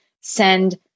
send